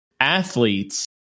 athletes